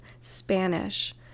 spanish